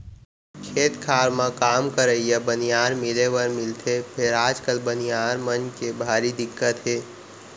खेत खार म काम करइया बनिहार मिले बर मिलथे फेर आजकाल बनिहार मन के भारी दिक्कत हे